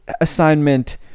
assignment